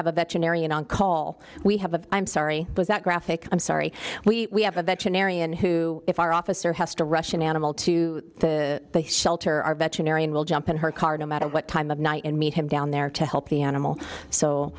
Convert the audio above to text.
have a veterinarian on call we have a i'm sorry was that graphic i'm sorry we have a veterinarian who if our officer has to rush an animal to the shelter our veterinarian will jump in her car no matter what time of night and meet him down there to help the animal so